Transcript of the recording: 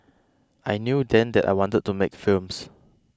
I knew then that I wanted to make films